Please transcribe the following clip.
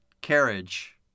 carriage